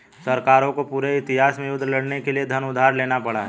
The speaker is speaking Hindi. सरकारों को पूरे इतिहास में युद्ध लड़ने के लिए धन उधार लेना पड़ा है